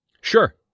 Sure